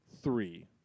three